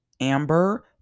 amber